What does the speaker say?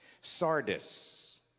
Sardis